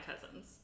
cousins